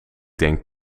denk